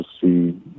see